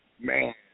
man